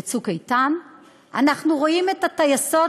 ב"צוק איתן"; אנחנו רואים את הטייסות,